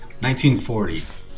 1940